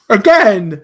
again